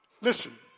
Listen